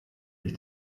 ich